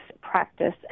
practice